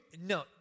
no